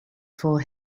for